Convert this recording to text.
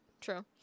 true